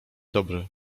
dobry